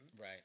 Right